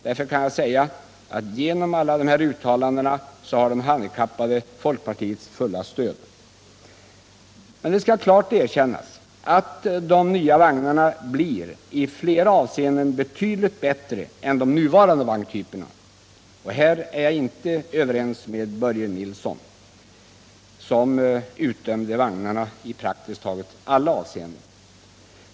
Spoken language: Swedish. Därför kan jag säga att de handikappade genom alla dessa uttalanden har folkpartiets fulla stöd. Men det skall klart erkännas att de nya vagnarna i flera avseenden blir betydligt bättre än de nuvarande vagntyperna. Jag är alltså inte överens med Börje Nilsson, som utdömde de nya vagnarna i praktiskt taget alla avseenden.